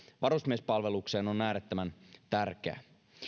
varusmiespalvelukseen on äärettömän tärkeä